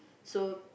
so